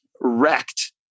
wrecked